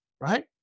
right